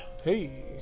Hey